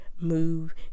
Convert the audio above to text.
move